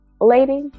Lady